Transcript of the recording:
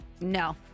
no